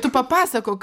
tu papasakok